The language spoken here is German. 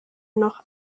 noch